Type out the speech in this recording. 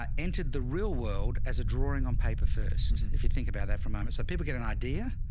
um entered the real world as a drawing on paper first. if you think about that for a moment, so people get an idea,